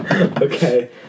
Okay